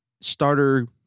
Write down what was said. starter